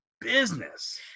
business